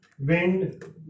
wind